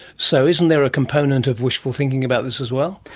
so isn't there a component of wishful thinking about this as well?